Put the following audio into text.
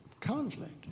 Conflict